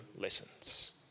lessons